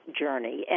journey